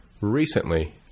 recently